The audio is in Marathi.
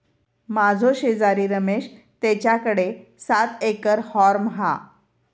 माझो शेजारी रमेश तेच्याकडे सात एकर हॉर्म हा